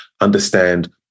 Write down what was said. understand